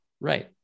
Right